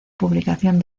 publicación